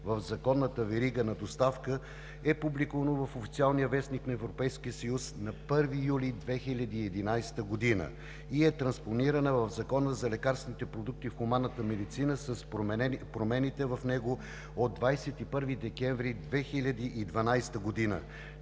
в законната верига на доставка е публикувана в Официалния вестник на Европейския съюз на 1 юли 2011 г. и е транспонирана в Закона за лекарствените продукти в хуманната медицина с промените в него от 21 декември 2012 г.,